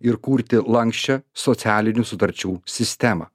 ir kurti lanksčią socialinių sutarčių sistemą